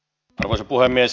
arvoisa puhemies